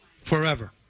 forever